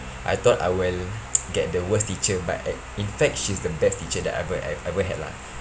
I thought I will get the worst teacher but i~ in fact she's the best teacher that I ever I ever had lah